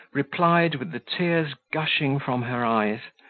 replied, with the tears gushing from her eyes,